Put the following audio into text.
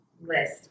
list